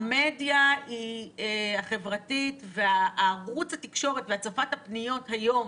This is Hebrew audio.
המדיה החברתית וערוץ התקשורת והצפת הפניות היום